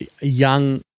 young